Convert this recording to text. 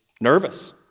nervous